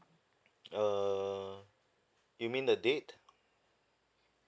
err you mean the date